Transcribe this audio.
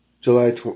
July